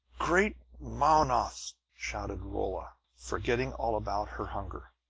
great mownoth! shouted holla, forgetting all about her hunger.